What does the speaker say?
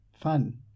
fun